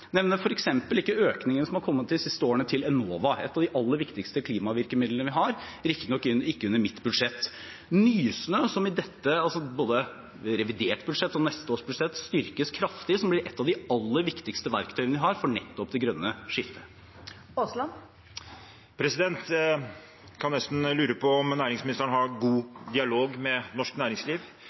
ikke økningene som de siste årene har kommet til Enova, et av de aller viktigste klimavirkemidlene vi har – riktignok ikke under mitt budsjett – og Nysnø, som både i revidert budsjett og i neste års budsjett styrkes kraftig og blir et av de aller viktigste verktøyene vi har for nettopp det grønne skiftet. En kan nesten lure på om næringsministeren har god dialog med norsk næringsliv.